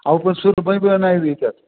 अहो पण सुरमई बी नाही त्याच्यात